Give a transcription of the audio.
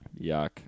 Yuck